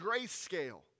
grayscale